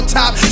top